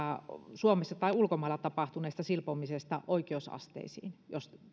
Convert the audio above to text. suomessa tai ulkomailla tapahtuneista silpomisista oikeusasteisiin jos